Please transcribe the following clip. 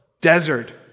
Desert